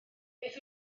beth